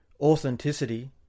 authenticity